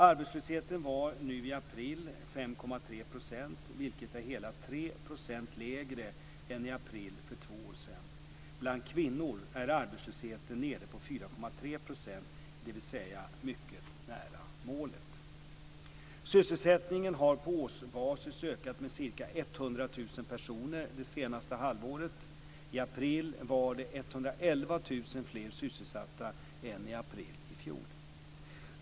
Arbetslösheten var nu i april 5,3 %, vilket är hela tre procentenheter lägre än i april för två år sedan. Bland kvinnor är arbetslösheten nere på 4,3 %, dvs. mycket nära målet. Sysselsättningen har på årsbasis ökat med ca 100 000 personer det senaste halvåret. I april var det 111 000 fler sysselsatta än i april i fjol.